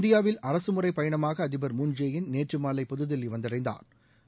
இந்தியாவில் அரசுமுறை பயணமாக அதிபா் மூன் ஜே இன் நேற்றுமாலை புதுதில்லி வந்தடைந்தாா்